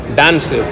dance